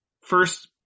first